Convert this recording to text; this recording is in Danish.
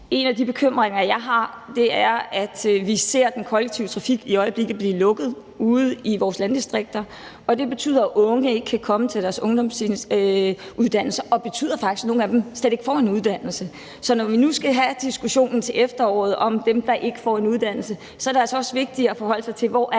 En af de bekymringer, jeg har, er, at vi i øjeblikket ser den kollektive trafik blive lukket ude i vores landdistrikter, og det betyder, at unge ikke kan komme til deres ungdomsuddannelser, og det betyder faktisk, at nogle af dem slet ikke får en uddannelse. Så når vi nu skal have diskussionen til efteråret om dem, der ikke får en uddannelse, så er det altså også vigtigt at forholde sig til, hvor det